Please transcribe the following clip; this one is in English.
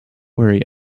worry